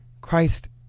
Christ